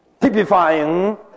typifying